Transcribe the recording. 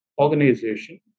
organization